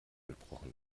gebrochen